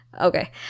Okay